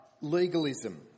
legalism